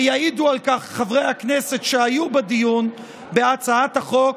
ויעידו על כך חברי הכנסת שהיו בדיון בהצעת החוק.